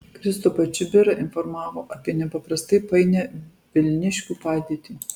kristupą čibirą informavo apie nepaprastai painią vilniškių padėtį